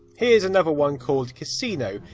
here's another one called casino.